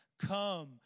Come